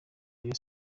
rayon